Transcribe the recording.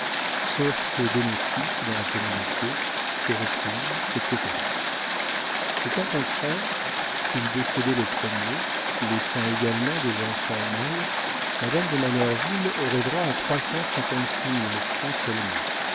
sauf ses bénéfices dans la communauté ses reprises etc au cas contraire s'il décédait le premier laissant également des enfants mâles madame de manerville aurait droit à trois cent cinquante-six mille francs seulement